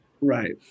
Right